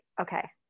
okay